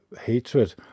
hatred